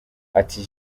ati